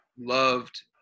loved